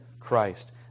Christ